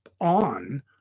on